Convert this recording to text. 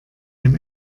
dem